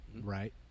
right